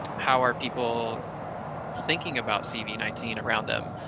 how are people thinking about cv nineteen around them?